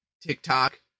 TikTok